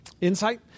insight